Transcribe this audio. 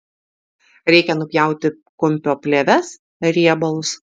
reikia nupjauti kumpio plėves riebalus